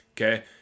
Okay